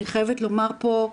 אני חייבת לומר פה,